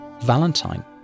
Valentine